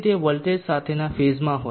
જેથી તે વોલ્ટેજ સાથેના ફેઝમાં હોય